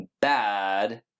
bad